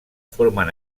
formen